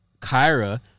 Kyra